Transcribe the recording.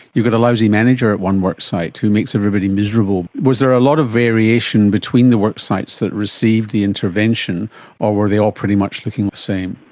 you get a lousy manager at one worksite who makes everybody miserable. was there a lot of variation between the worksites that received the intervention or were they all pretty much looking the same?